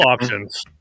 options